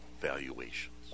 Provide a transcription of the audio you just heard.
valuations